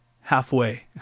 halfway